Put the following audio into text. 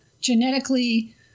genetically